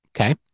okay